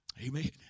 Amen